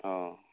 औ